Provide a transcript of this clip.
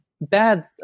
bad